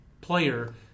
player